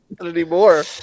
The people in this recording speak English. anymore